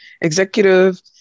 executive